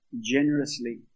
generously